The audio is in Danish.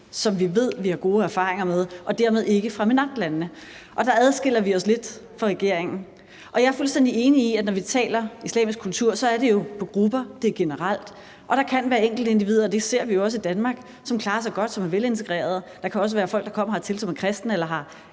som vi ved vi har gode erfaringer med, og dermed ikke for MENAPT-landene, og der adskiller vi os lidt fra regeringen. Jeg er fuldstændig enig i, at når vi taler islamisk kultur, er det jo grupper, og det er generelt. Der kan være enkeltindivider – det ser vi også i Danmark – som klarer sig godt, og som er velintegrerede. Der kan også være folk, der kommer hertil, som er kristne eller har